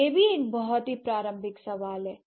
यह भी एक बहुत ही प्रासंगिक सवाल है